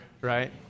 right